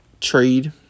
trade